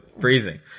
freezing